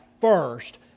first